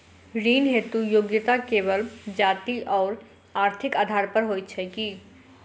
ऋण हेतु योग्यता केवल जाति आओर आर्थिक आधार पर होइत छैक की?